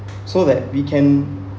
so that we can